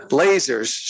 lasers